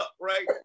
right